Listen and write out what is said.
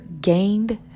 gained